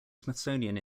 smithsonian